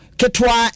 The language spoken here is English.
ketua